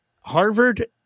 Harvard